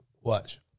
Watch